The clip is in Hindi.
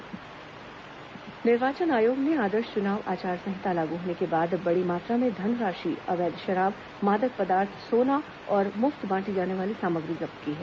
निर्वाचन आयोग सामग्री जब्त निर्वाचन आयोग ने आदर्श चुनाव आचार संहिता लागू होने के बाद बड़ी मात्रा में धनराशि अवैध शराब मादक पदार्थ सोना और मुफ्त बांटी जाने वाली सामग्री जब्त की है